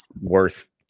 worth